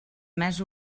més